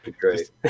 Great